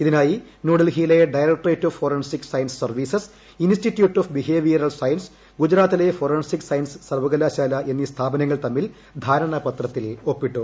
ഇതിനായി ന്യൂഡൽഹിയിലെ directorate of forensic science services institute of behavioural science ഗുജറാത്തിലെ ഫോറസിക് സയൻസ് സർവ്വകലാശാല എന്നീ സ്ഥാപനങ്ങൾ തമ്മിൽ ധാരണാപത്രത്തിൽ ഒപ്പിട്ടു